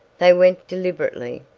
they went deliberately,